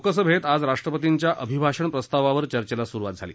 लोकसभेत आज राष्ट्रपतींच्या अभिभाषण प्रस्तावावर चर्चेला सुरुवात झाली